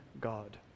God